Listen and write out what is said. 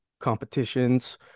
competitions